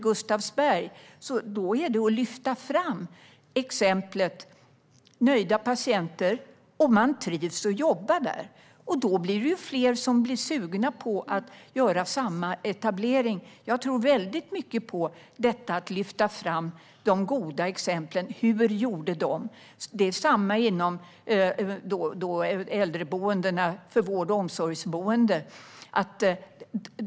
Gustavsberg är exemplet nöjda patienter, och personalen trivs med att jobba där. Då blir fler sugna på att göra samma form av etablering. Jag tror mycket på att lyfta fram de goda exemplen. Hur gjorde de? Det är samma sak med vård och omsorgsboenden.